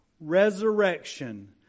resurrection